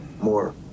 More